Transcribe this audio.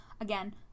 Again